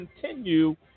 continue